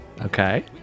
Okay